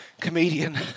comedian